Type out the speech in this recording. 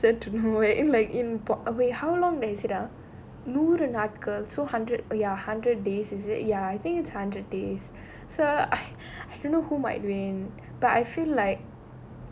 I am interested to make input wait how long is it ah நூறு நாட்கள்:nooru naatkal so hundred ya hundred days is it ya I think it's hundred days so I I don't know who might win but I feel like